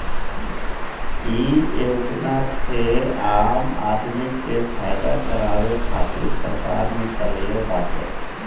इ योजना के आम आदमी के फायदा करावे खातिर सरकार निकलले बाटे